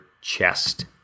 chest